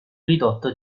ridotto